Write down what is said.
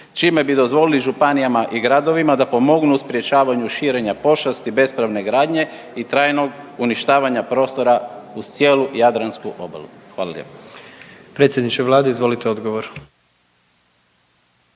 čime bi dozvolili županijama i gradovima da pomognu u sprječavanju širenja pošasti bespravne gradnje i trajnog uništavanja prostora uz cijelu jadransku obalu. Hvala lijepo. **Jandroković, Gordan